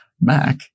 Mac